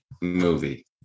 movie